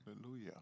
Hallelujah